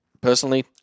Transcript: personally